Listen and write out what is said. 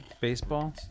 Baseball